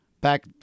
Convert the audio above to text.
back